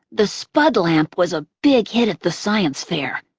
the spud lamp was a big hit at the science fair.